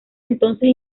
entonces